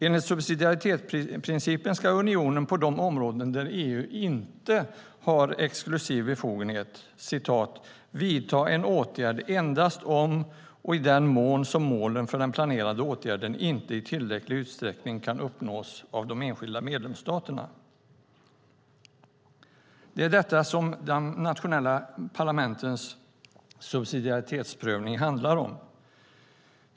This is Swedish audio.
Enligt subsidiaritetsprincipen ska unionen på de områden där EU inte har exklusiv befogenhet "vidta en åtgärd endast om och i den mån som målen för den planerade åtgärden inte i tillräcklig utsträckning kan uppnås av de enskilda medlemsstaterna". Det är det som de nationella parlamentens subsidiaritetsprövning handlar om.